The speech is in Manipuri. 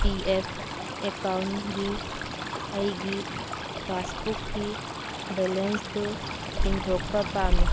ꯄꯤ ꯑꯦꯐ ꯑꯦꯛꯀꯥꯎꯟꯒꯤ ꯑꯩꯒꯤ ꯄꯥꯁꯕꯨꯛꯀꯤ ꯕꯦꯂꯦꯟꯁꯇꯨ ꯆꯤꯡꯊꯣꯛꯄ ꯄꯥꯝꯃꯤ